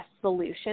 solution